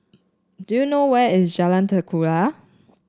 do you know where is Jalan Ketuka